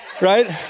right